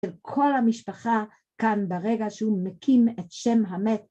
כל המשפחה כאן ברגע שהוא מקים את שם המת.